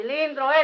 cilindro